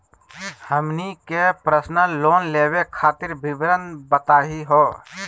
हमनी के personal loan लेवे खातीर विवरण बताही हो?